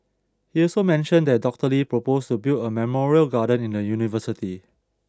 he also mentioned that Doctor Lee proposed to build a memorial garden in the university